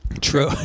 True